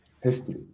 history